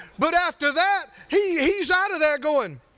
but after that, he's he's out of there going,